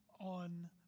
on